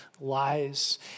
lies